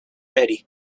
ready